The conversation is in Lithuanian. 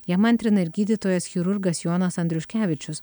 jam antrina ir gydytojas chirurgas jonas andriuškevičius